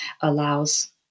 allows